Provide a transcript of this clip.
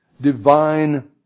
divine